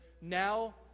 now